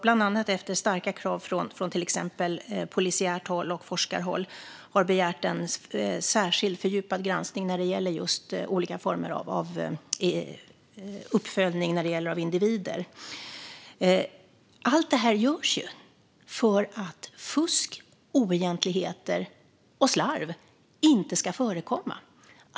Bland annat efter starka krav från till exempel polisiärt håll och forskarhåll har det begärts också en särskild fördjupad granskning av just olika former av uppföljning av individer. Allt det här görs ju för att fusk, oegentligheter och slarv inte ska förekomma.